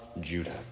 Judah